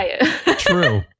True